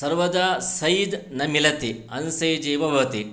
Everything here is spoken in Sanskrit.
सर्वदा सैज़् न मिलति अन्सैज़् एव भवति